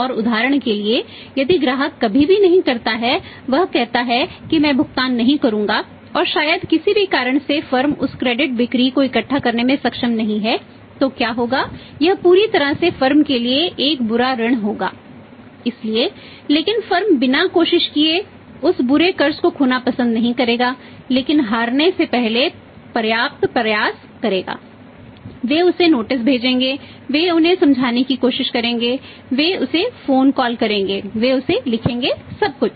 और उदाहरण के लिए यदि ग्राहक कभी भी नहीं करता है वह कहता है कि मैं भुगतान नहीं करूंगा और शायद किसी भी कारण से फर्म करेंगे वे उसे लिखेंगे सब कुछ